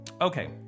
Okay